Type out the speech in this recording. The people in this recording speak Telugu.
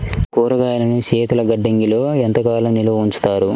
కూరగాయలను శీతలగిడ్డంగిలో ఎంత కాలం నిల్వ ఉంచుతారు?